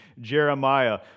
Jeremiah